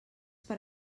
per